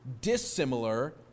dissimilar